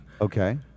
Okay